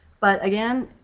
but, again,